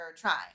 try